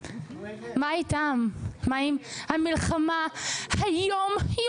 לגבי התקציב של הרפורמה, אני לקראת סיום.